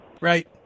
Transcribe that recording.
Right